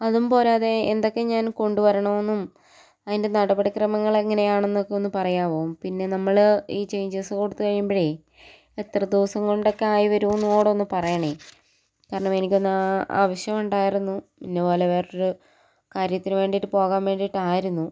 അതും പോരാതെ എന്തൊക്കെ ഞാൻ കൊണ്ട് വരണമെന്നും അതിൻ്റെ നടപടിക്രമങ്ങൾ എങ്ങനെയാണെന്നൊക്കെ ഒന്ന് പറയാമോ പിന്നെ നമ്മൾ ഈ ചേഞ്ചസ് കൊടുത്ത് കഴിയുമ്പഴേ എത്ര ദിവസം കൊണ്ടൊക്കെ ആയി വരുന്നും കൂടി ഒന്ന് പറയണം കാരണം എനിക്കൊന്ന് ആ ആവശ്യം ഉണ്ടായിരുന്നു ഇന്നപോലെ വേറൊരു കാര്യത്തിന് വേണ്ടിയിട്ട് പോകാൻ വേണ്ടിയിട്ടായിരുന്നു